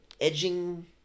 edging